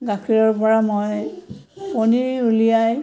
গাখীৰৰ পৰা মই পনীৰ উলিয়াই